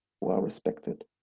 well-respected